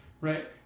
Right